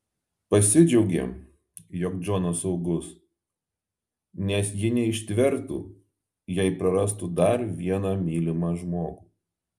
pasidžiaugė jog džonas saugus nes ji neištvertų jei prarastų dar vieną mylimą žmogų